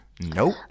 Nope